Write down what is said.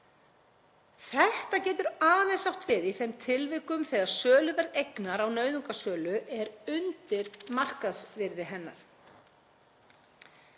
Þetta getur aðeins átt við í þeim tilvikum þegar söluverð eignar á nauðungarsölu er undir markaðsvirði hennar.